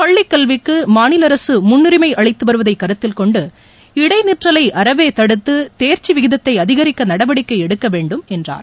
பள்ளிக்கல்விக்கு மாநில அரசு முன்னுரிமை அளித்து வருவதை கருத்தில்கொண்டு இடைநிற்றலை அறவே தடுத்து தேர்ச்சி விகிதத்தை அதிகரிக்க நடவடிக்கை எடுக்க வேண்டும் என்றார்